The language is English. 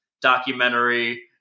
documentary –